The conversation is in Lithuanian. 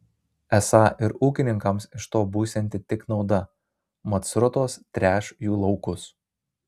esą ir ūkininkams iš to būsianti tik nauda mat srutos tręš jų laukus